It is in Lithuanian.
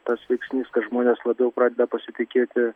tas veiksnys kad žmonės labiau pradeda pasitikėti